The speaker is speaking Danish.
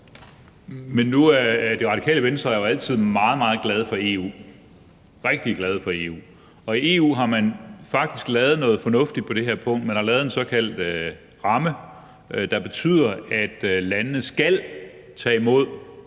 Men Det Radikale Venstre er jo altid meget, meget glade for EU – rigtig glade for EU – og i EU har man faktisk lavet noget fornuftigt på det her punkt. Man har lavet en såkaldt ramme, der betyder, at landene skal tage imod